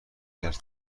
کرد